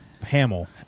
Hamill